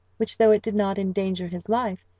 which, though it did not endanger his life,